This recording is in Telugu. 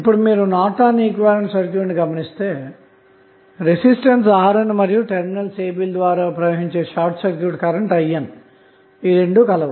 ఇప్పుడు మీరు నార్టన్ ఈక్వివలెంట్ సర్క్యూట్ను గమనిస్తే రెసిస్టెన్స్ RN మరియు టెర్మినల్స్ a b ల ద్వారా ప్రవహించే షార్ట్ సర్క్యూట్ కరెంటు IN కలవు